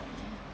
mm